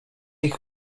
make